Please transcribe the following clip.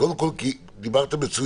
קודם כול כי דיברת מצוין,